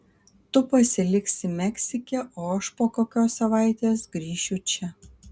tu pasiliksi meksike o aš po kokios savaitės grįšiu čia